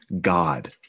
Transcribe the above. god